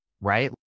Right